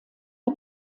der